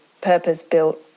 purpose-built